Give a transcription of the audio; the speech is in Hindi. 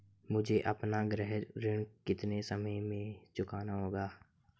मुझे अपना गृह ऋण कितने समय में चुकाना होगा?